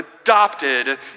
adopted